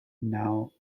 now